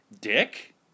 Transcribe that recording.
Dick